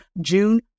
June